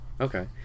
okay